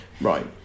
Right